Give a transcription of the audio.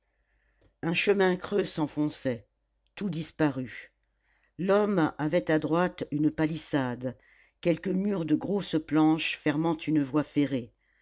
un chemin creux s'enfonçait tout disparut l'homme avait à droite une palissade quelque mur de grosses planches fermant une voie ferrée